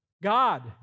God